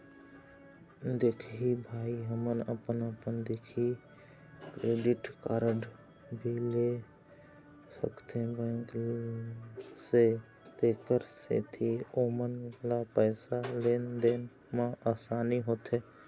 दिखाही भाई हमन अपन अपन दिखाही क्रेडिट कारड भी ले सकाथे बैंक से तेकर सेंथी ओमन ला पैसा लेन देन मा आसानी होथे?